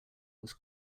was